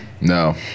no